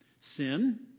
Sin